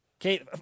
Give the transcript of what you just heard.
Okay